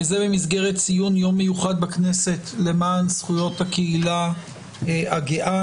במסגרת ציון יום מיוחד בכנסת למען זכויות הקהילה הגאה.